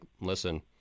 listen